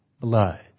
blood